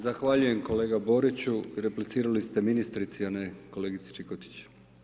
Zahvaljujem kolega Boriću, replicirali ste ministrici a ne kolegici Čikotić.